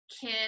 kid